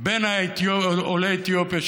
לעולי אתיופיה,